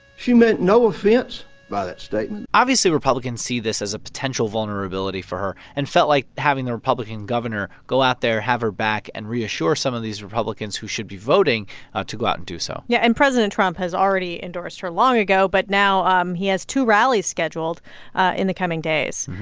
she meant no offense by that statement obviously, republicans see this as a potential vulnerability for her and felt like having the republican governor go out there, have her back and reassure some of these republicans who should be voting ah to go out and do so yeah. and president trump has already endorsed her long ago. but now um he has two rallies scheduled in the coming days.